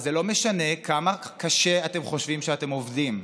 וזה לא משנה כמה קשה אתם חושבים שאתם עובדים.